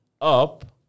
up